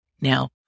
Now